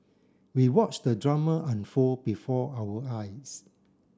we watched the drama unfold before our eyes